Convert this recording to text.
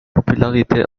popularité